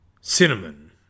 Cinnamon